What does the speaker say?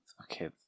Okay